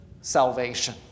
salvation